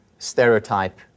stereotype